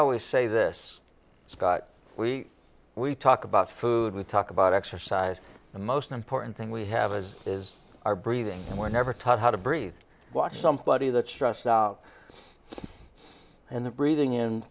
always say this scott we we talk about food we talk about exercise the most important thing we have as is our breathing and we're never taught how to breathe watch somebody that stressed out and then breathing